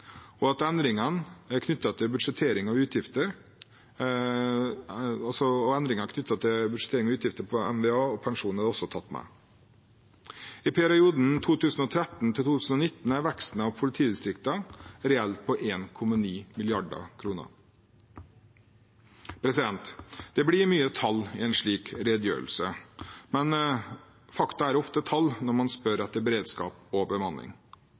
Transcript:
til budsjettering og utgifter til merverdiavgift og pensjon er også tatt med. I perioden 2013–2019 er veksten til politidistriktene reelt på 1,9 mrd. kr. Det blir mange tall i en slik redegjørelse, men fakta er ofte tall når man spør etter beredskap og bemanning.